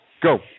go